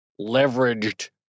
leveraged